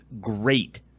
great